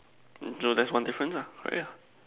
so there's one difference ah correct ah